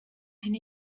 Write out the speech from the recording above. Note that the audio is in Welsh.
hyn